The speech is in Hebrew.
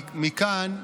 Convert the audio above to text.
מכאן,